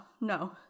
no